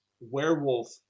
werewolf